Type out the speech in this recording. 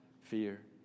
fear